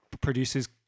produces